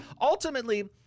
ultimately